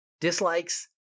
Dislikes